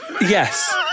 Yes